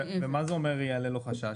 ומה זה אומר: ראיה ללא חשש?